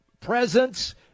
presence